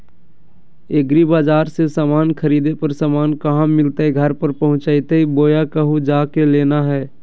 एग्रीबाजार से समान खरीदे पर समान कहा मिलतैय घर पर पहुँचतई बोया कहु जा के लेना है?